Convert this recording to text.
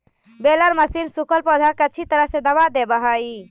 baler machine सूखल पौधा के अच्छी तरह से दबा देवऽ हई